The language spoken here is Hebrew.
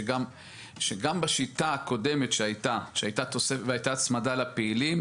שגם בשיטה הקודמת שהיתה ובה הייתה הצמדה לפעילים,